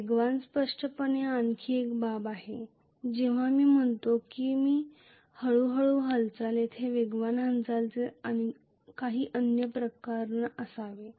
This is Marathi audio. वेगवान स्पष्टपणे आणखी एक बाब आहे जेव्हा मी म्हणतो की हळू हालचाल तेथे वेगवान हालचालींसह काही अन्य प्रकरण असावे